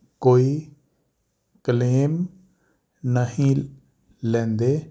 ਕੋਈ ਕਲੇਮ ਨਹੀ ਲੈਂਦੇ